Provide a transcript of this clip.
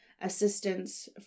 assistance